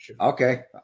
Okay